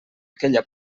aquella